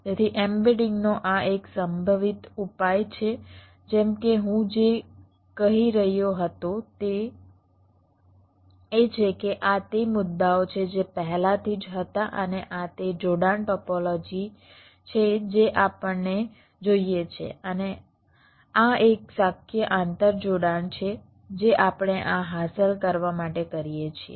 તેથી એમ્બેડિંગનો આ એક સંભવિત ઉપાય છે જેમ કે હું જે કહી રહ્યો હતો તે એ છે કે આ તે મુદ્દાઓ છે જે પહેલાથી જ હતા અને આ તે જોડાણ ટોપોલોજી છે જે આપણને જોઈએ છે અને આ એક શક્ય આંતર જોડાણ છે જે આપણે આ હાંસલ કરવા માટે કરીએ છીએ